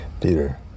Peter